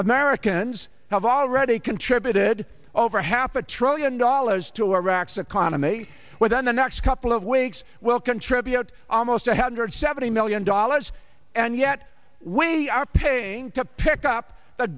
americans have already contributed over half a trillion dollars to iraq's economy within the next couple of weeks well contributed almost a hundred seventy million dollars and yet when we are paying to pick up the